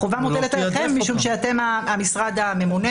החובה מוטלת עליכם כי אתם המשרד הממונה.